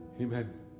Amen